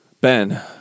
Ben